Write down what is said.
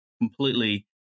completely